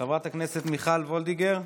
חברת הכנסת מיכל וולדיגר,